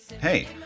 Hey